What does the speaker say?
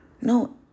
No